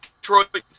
Detroit